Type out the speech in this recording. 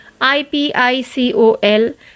IPICOL